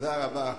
תודה רבה.